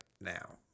now